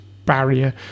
barrier